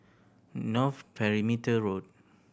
North Perimeter Road